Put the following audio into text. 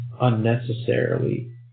unnecessarily